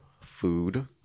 food